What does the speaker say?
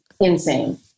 insane